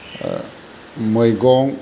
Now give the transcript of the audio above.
मैगं